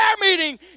meeting